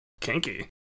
Kinky